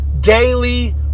daily